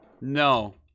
No